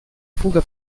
fuga